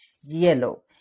yellow